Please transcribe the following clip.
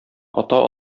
ата